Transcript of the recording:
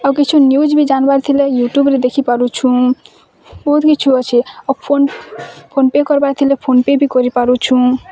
ଆଉ କିଛି ନ୍ୟୁଜ୍ ବି ଜାନିବାର ଥିଲେ ୟୁଟୁବ୍ରେ ଦେଖି ପାରୁଛୁଁ ବହୁତ୍ କିଛୁ ଅଛି ଆଉ ଫୋନ୍ ଫୋନ୍ପେ କର୍ବାର ଥିଲେ ଫୋନ୍ପେ କରିପାରୁଛୁଁ